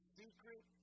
secret